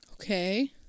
Okay